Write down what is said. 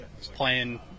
playing